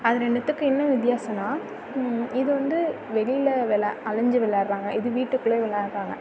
அது ரெண்டுத்துக்கும் என்ன வித்தியாசம்னா இது வந்து வெளியில் வெளில அலைஞ்சி விளையாடுவாங்க இது வீட்டுக்குள்ளேயே விளையாடுறாங்க